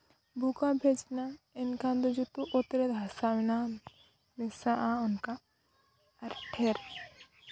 ᱵᱳᱠᱟᱢ ᱦᱮᱡ ᱮᱱᱟ ᱮᱱᱠᱷᱟᱱ ᱫᱚ ᱡᱚᱛᱚ ᱚᱛᱨᱮ ᱫᱷᱟᱥᱟᱣ ᱮᱱᱟ ᱢᱮᱥᱟᱜᱼᱟ ᱚᱱᱠᱟ ᱟᱨ ᱴᱷᱮᱹᱨ